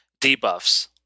debuffs